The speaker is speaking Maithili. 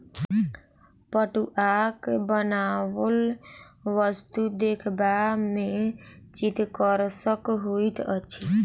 पटुआक बनाओल वस्तु देखबा मे चित्तकर्षक होइत अछि